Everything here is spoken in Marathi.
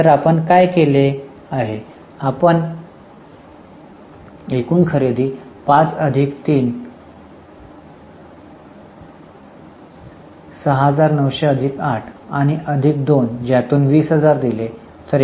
तर आपण काय केले आहे आपण एकूण खरेदी 5 अधिक 3 अधिक 6900 अधिक 8 आणि अधिक २ ज्यातून २०००० दिले आहेत